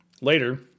later